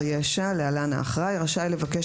ישדע אחראי על ילד או על חסר ישע (להלן האחראי) רשאי לבקש